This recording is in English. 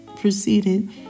proceeded